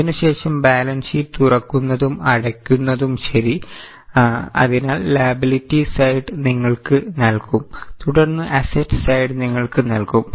അതിനുശേഷം balance sheet തുറക്കുന്നതും അടയ്ക്കുന്നതും ശരി അതിനാൽ ലാബിലിറ്റി സൈഡ് നിങ്ങൾക്ക് നൽകും തുടർന്ന് അസറ്റ് സൈഡ് നിങ്ങൾക്ക് നൽകും